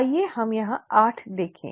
आइए हम यहां 8 देखें